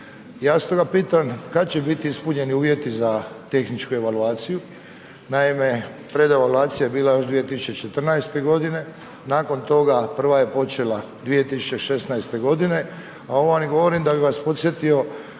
Ja stoga pitam kad će biti ispunjeni uvjeti za tehničku evaluaciju? Naime, predevaluacija je bila još 2014. godine, nakon toga prva je počela 2016., a ovo vam i govorim da bi vas podsjetio